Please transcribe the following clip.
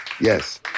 Yes